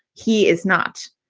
he is not.